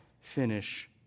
finish